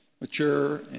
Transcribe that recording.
mature